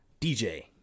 DJ